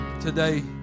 today